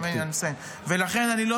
שנייה, רגע, תן לי רגע, אני מסיים.